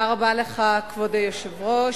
כבוד היושב-ראש,